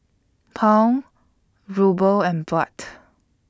Pound Ruble and Baht